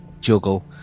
juggle